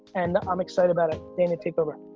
and i'm excited about it. danyah, take over.